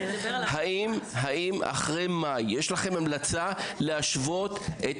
האם אחרי מאי יש לכם המלצה להשוות את